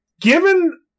given